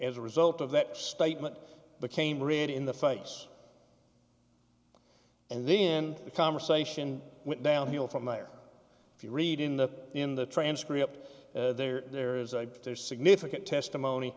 as a result of that statement became read in the face and then the conversation went downhill from there if you read in the in the transcript there's a there's significant testimony